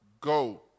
go